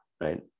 right